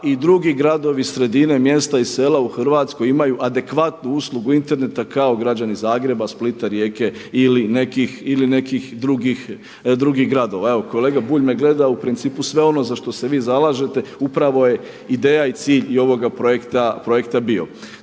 i drugi gradovi, sredine, mjesta i sela u Hrvatskoj imaju adekvatnu uslugu interneta kao građani Zagreba, Splita, Rijeke ili nekih drugih gradova. Evo kolega Bulj me gleda. U principu sve ono za što se vi zalažete upravo je ideja i cilj i ovoga projekta bio.